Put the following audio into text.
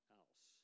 else